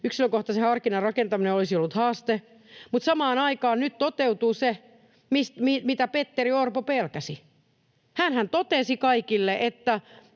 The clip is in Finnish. yksilökohtaisen harkinnan rakentaminen olisi ollut haaste, mutta samaan aikaan nyt toteutuu se, mitä Petteri Orpo pelkäsi. Hänhän totesi kaikille, että